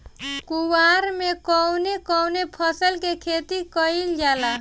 कुवार में कवने कवने फसल के खेती कयिल जाला?